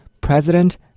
president